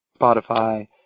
Spotify